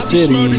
City